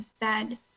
bed